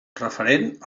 referent